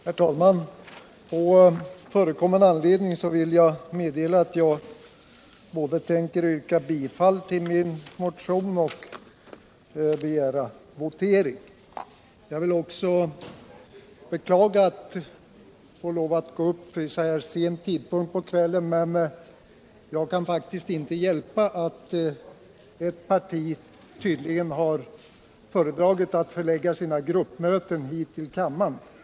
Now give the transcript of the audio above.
Herr talman! På förekommen anledning vill jag meddela att jag ämnar både yrka bifall till min motion och begära votering. Jag vill också beklaga att jag måste gå upp i talarstolen vid denna sena tidpunkt på kvällen, men jag kan faktiskt inte hjälpa att ett parti tydligen har föredragit att förlägga sina gruppmöten här i kammaren.